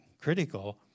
critical